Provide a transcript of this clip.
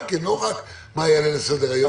לא רק מה יעלה לסדר-היום.